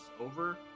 over